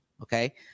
okay